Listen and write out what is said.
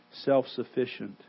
self-sufficient